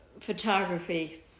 Photography